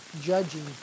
judging